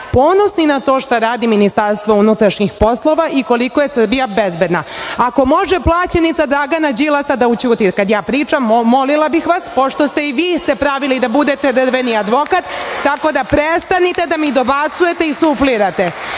ponosni na to šta radi MUP i koliko je Srbija bezbedna. Ako može plaćenica Dragana Đilasa, kada ja pričam, molila bih vas, pošto ste se i vi pravili da budete drveni advokat, tako da prestanite da mi dobacujete i suflirate